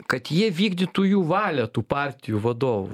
kad jie vykdytų jų valią tų partijų vadovų